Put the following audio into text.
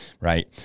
right